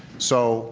so